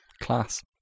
Class